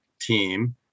team